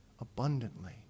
abundantly